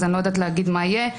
אז אני לא יודעת להגיד מה יהיה.